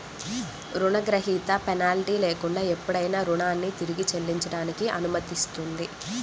రుణగ్రహీత పెనాల్టీ లేకుండా ఎప్పుడైనా రుణాన్ని తిరిగి చెల్లించడానికి అనుమతిస్తుంది